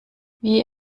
wie